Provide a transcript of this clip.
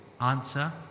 Answer